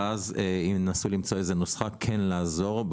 ואז ינסו למצוא איזו נוסחה איך כן לעזור,